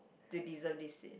to deserve this seat